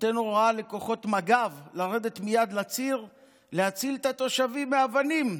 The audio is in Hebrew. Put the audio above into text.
נותן הוראה לכוחות מג"ב לרדת מייד לציר ולהציל את התושבים מאבנים.